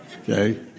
Okay